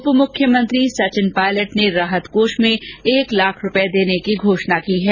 उप मुख्यमंत्री सचिन पायलट ने राहत कोष में एक लाख रूपए देने की घोषणा की है